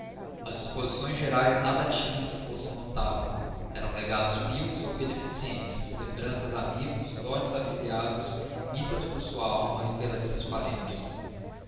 as disposições gerais nada tinham que fosse notável eram legados pios ou beneficentes lembranças a amigos dotes a afilhados missas por sua alma e pela de seus parentes